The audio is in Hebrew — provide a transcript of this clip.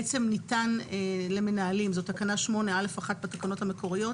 בעצם ניתן למנהלים תקנה 8א1 בתקנות המקוריות,